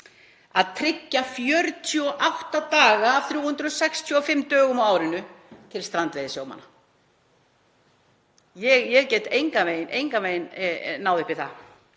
að tryggja 48 daga af 365 dögum á árinu til strandveiðisjómanna? Ég get engan veginn náð upp í það,